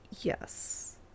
Yes